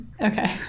Okay